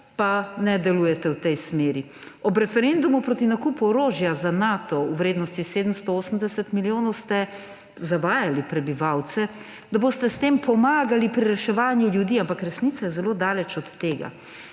pa ne delujete v tej smeri. Ob referendumu proti nakupu orožja za Nato v vrednosti 780 milijonov ste zavajali prebivalce, da boste s tem pomagali pri reševanju ljudi, ampak resnica je zelo daleč od tega.